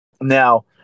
Now